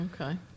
okay